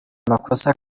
amakosa